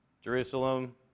Jerusalem